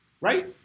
Right